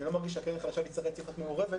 אני לא מרגיש שהקרן החדשה לישראל צריכה להיות מעורבת